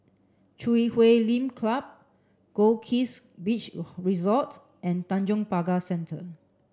Chui Huay Lim Club Goldkist Beach Resort and Tanjong Pagar Centre